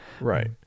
Right